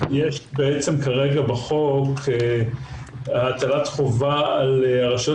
כרגע יש בחוק הטלת חובה על הרשויות